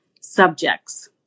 subjects